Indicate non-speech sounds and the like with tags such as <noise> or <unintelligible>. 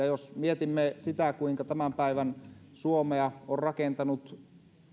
<unintelligible> jos mietimme sitä kuinka tämän päivän suomea on rakentanut